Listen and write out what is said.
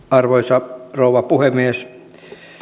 arvoisa rouva puhemies